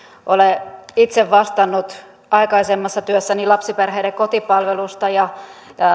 olen itse vastannut aikaisemmassa työssäni lapsiperheiden kotipalvelusta ja